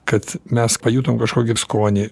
kad mes pajutom kažkokį skonį